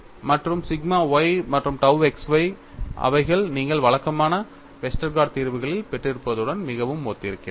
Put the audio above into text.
மற்றும் sigma y மற்றும் tau X Y அவைகள் நீங்கள் வழக்கமான வெஸ்டர்கார்டு தீர்வுகளில் பெற்றிருப்பதுடன் மிகவும் ஒத்திருக்கிறது